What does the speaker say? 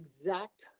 exact